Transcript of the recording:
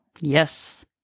Yes